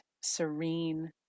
serene